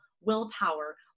willpower